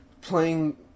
playing